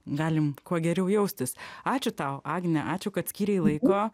galim kuo geriau jaustis ačiū tau agne ačiū kad skyrei laiko